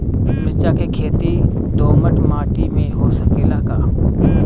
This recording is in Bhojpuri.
मिर्चा के खेती दोमट माटी में हो सकेला का?